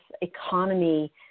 economy